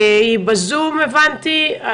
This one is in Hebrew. היא בזום, בבקשה.